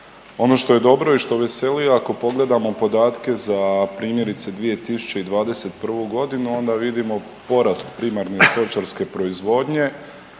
Ono što je dobro i što veseli ako pogledamo podatke za primjerice 2021. godinu onda vidimo porast primarne stočarke proizvodnje,